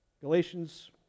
Galatians